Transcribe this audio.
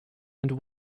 and